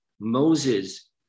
Moses